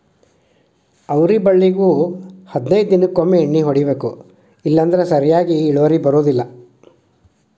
ಅವ್ರಿ ಬಳ್ಳಿಗು ಹದನೈದ ದಿನಕೊಮ್ಮೆ ಎಣ್ಣಿ ಹೊಡಿಬೇಕ ಇಲ್ಲಂದ್ರ ಸರಿಯಾಗಿ ಇಳುವರಿ ಬರುದಿಲ್ಲಾ